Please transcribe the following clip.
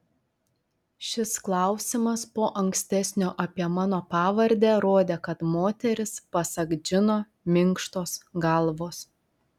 šis klausimas po ankstesnio apie mano pavardę rodė kad moteris pasak džino minkštos galvos